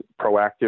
proactive